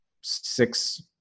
six